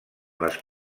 les